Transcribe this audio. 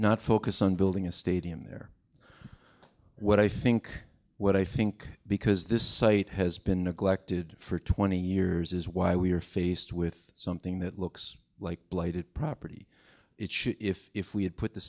not focus on building a stadium there what i think what i think because this site has been neglected for twenty years is why we are faced with something that looks like blighted property it should if if we had put the